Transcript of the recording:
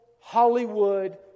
Hollywood